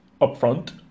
upfront